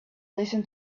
listen